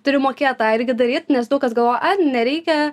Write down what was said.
turi mokėt tą irgi daryt nes daug kas galvoja ai nereikia